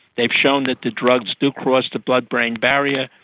they've shown that the drugs do cross the blood-brain barrier,